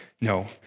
No